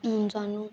हून सानूं